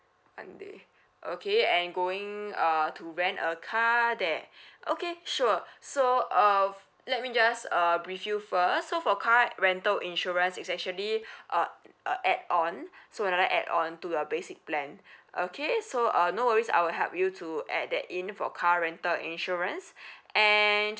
one day okay and going uh to rent a car there okay sure so uh f~ let me just uh brief you first so for car rental insurance is actually uh a add on so another add on to your basic plan okay so uh no worries I will help you to add that in for car rental insurance and